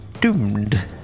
doomed